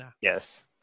Yes